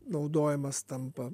naudojimas tampa